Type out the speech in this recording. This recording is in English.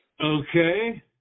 Okay